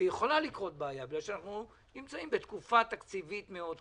ויכולה לקרות בעיה כי אנחנו נמצאים בתקופה תקציבית מאוד קשה.